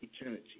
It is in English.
eternity